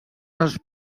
els